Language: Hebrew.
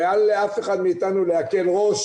ואל לאף אחד מאיתנו להקל ראש